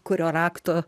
kurio rakto